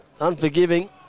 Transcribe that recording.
unforgiving